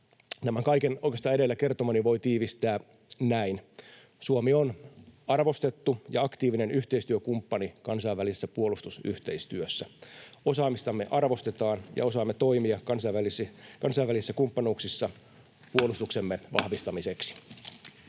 kaiken edellä kertomani voi tiivistää näin: Suomi on arvostettu ja aktiivinen yhteistyökumppani kansainvälisessä puolustusyhteistyössä. Osaamistamme arvostetaan ja osaamme toimia kansainvälisissä kumppanuuksissa puolustuksemme vahvistamiseksi.